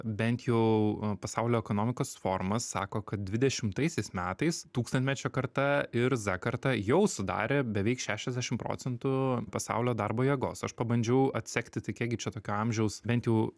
bent jau pasaulio ekonomikos forumas sako kad dvidešimtaisiais metais tūkstantmečio karta ir z kartą jau sudarė beveik šešiasdešim procentų pasaulio darbo jėgos aš pabandžiau atsekti tai kiek gi čia tokio amžiaus bent jau